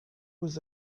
was